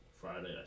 Friday